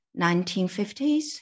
1950s